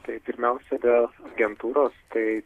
tai pirmiausia dėl agentūros tai